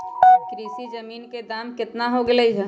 कृषि मशीन के दाम कितना हो गयले है?